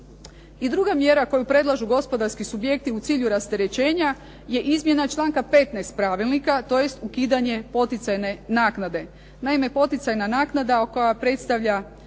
I druga mjera koju predlažu gospodarski subjekti u cilju rasterećenja je izmjena članka 15. Pravilnika, tj. ukidanje poticajne naknade. Naime, poticajna naknada koja predstavlja